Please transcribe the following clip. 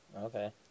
Okay